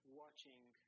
watching